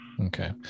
Okay